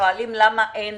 שואלים למה אין